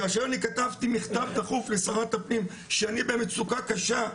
כאשר אני כתבתי מכתב דחוף לשרת הפנים שאני במצוקה קשה,